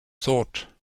thought